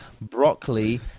broccoli